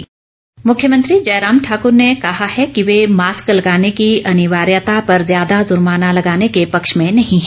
वक्तव्य कोरोना मुख्यमंत्री जयराम ठाकूर ने कहा हैं कि वे मास्क लगाने की अनिवार्यता पर ज़्यादा ज़र्माना लगाने के पक्ष में नहीं हैं